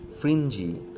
fringy